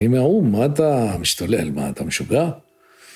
היא מהאו"ם, מה אתה משתולל? מה, אתה משוגע?